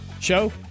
show